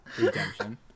redemption